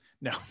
no